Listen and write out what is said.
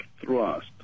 thrust